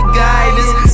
guidance